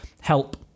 help